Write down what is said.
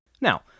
Now